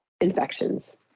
infections